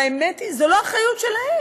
אבל האמת היא, זו לא אחריות שלהם.